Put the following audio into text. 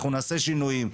אנחנו נעשה שינויים,